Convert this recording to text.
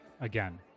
again